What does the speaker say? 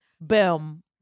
Boom